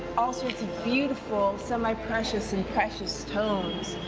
all sorts of beautiful semi-precious and precious stones.